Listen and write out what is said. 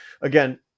again